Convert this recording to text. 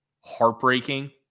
heartbreaking